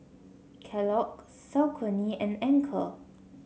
Kellogg's Saucony and Anchor